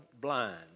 blind